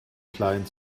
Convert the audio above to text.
klein